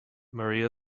maria